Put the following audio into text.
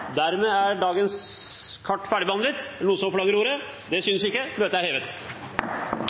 Dermed er dagens kart ferdigbehandlet. Forlanger noen ordet før møtet heves? – Møtet er hevet.